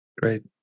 Great